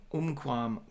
umquam